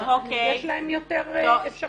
יש להם יותר אפשרויות.